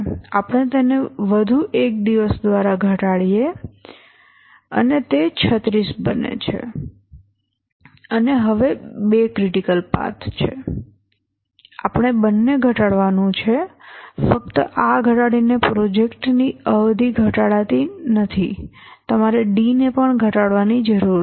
અને આપણે તેને વધુ 1 દિવસદ્વારા ઘટાડીએ અને તે 36 બને છે અને હવે બે ક્રિટિકલ પાથ છે આપણે બંને ઘટાડવાનું છે ફક્ત આ ઘટાડીને પ્રોજેક્ટની અવધિ ઘટાડતી નથી તમારે D ને પણ ઘટાડવાની જરૂર છે